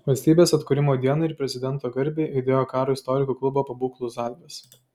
valstybės atkūrimo dienai ir prezidento garbei aidėjo karo istorikų klubo pabūklų salvės